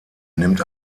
nimmt